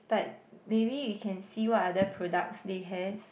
but maybe we can see what other products they have